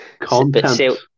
Content